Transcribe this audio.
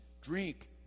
drink